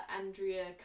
Andrea